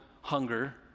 hunger